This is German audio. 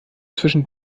zwischen